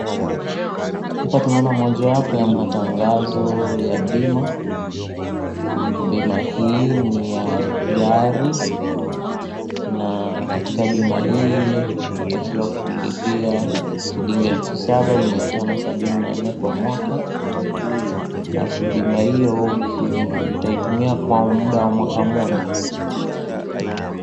Hapa tunaona mojawapo ya matangazo ya bima, bima hii ni ya gari na katika bima hii unatakiwa kulipia shilingi elfu saba mia tano sabini na nne kwa mwaka alafu bima hiyo utaitumia kwa muda wa mwaka moja.